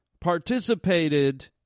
participated